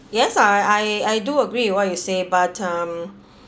yes I I do agree with what you say but um